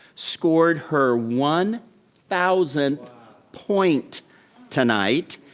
scored her one thousandth point tonight,